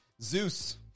Zeus